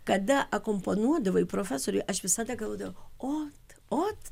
kada akompanuodavai profesoriui aš visada galvodavau ot ot